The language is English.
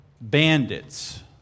bandits